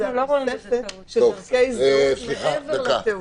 מה שלפנינו זו תוספת של דרכי זיהוי מעבר לתעודה.